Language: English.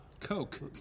Coke